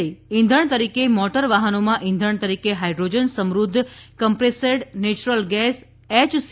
એ ઇંધણ તરીકે મોટર વાહનોમાં ઈંધણ તરીકે હાઇડ્રોજન સમૃદ્ધ compressed natural gas H C